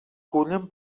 cullen